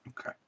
Okay